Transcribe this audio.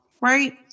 right